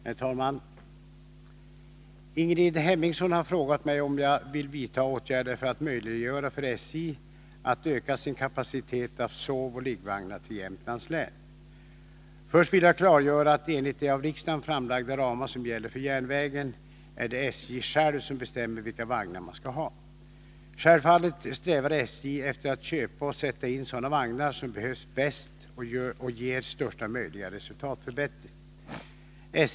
Herr talman! Ingrid Hemmingsson har frågat mig om jag vill vidta åtgärder för att möjliggöra för SJ att öka sin kapacitet av sovoch liggvagnar till Jämtlands län. Först vill jag klargöra att enligt de av riksdagen fastlagda ramar som gäller för järnvägen är det SJ självt som bestämmer vilka vagnar man skall ha. Självfallet strävar SJ efter att köpa och sätta in sådana vagnar som behövs bäst och som ger största möjliga resultatförbättring.